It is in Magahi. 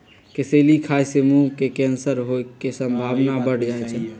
कसेली खाय से मुंह के कैंसर होय के संभावना बढ़ जाइ छइ